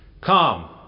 Come